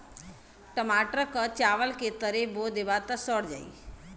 टमाटर क चावल के तरे बो देबा त सड़ जाई